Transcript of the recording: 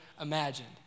imagined